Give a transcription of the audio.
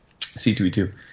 C2E2